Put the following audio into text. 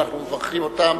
ואנחנו מברכים אותם.